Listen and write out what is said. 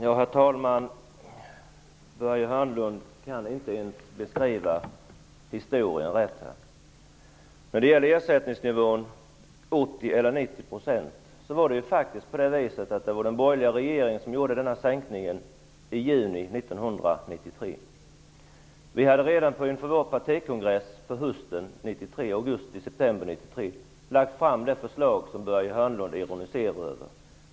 Herr talman! Börje Hörnlund kan inte ens beskriva historien rätt. När det gäller frågan om ersättningsnivån skulle vara 80 % eller 90 % var det faktiskt den borgerliga regeringen som gjorde denna sänkning i juni 1993. Inför vår partikongress i september 1993 hade vi lagt fram det förslag som Börje Hörnlund ironiserar över.